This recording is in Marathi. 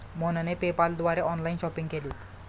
मोहनने पेपाल द्वारे ऑनलाइन शॉपिंग केली